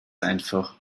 einfach